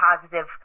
positive